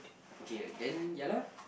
okay then ya lah